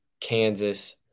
Kansas